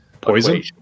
Poison